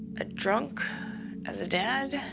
a drunk as a dad.